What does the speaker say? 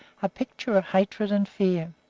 a picture of hatred and fear.